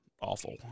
awful